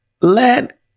let